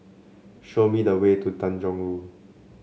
show me the way to Tanjong Rhu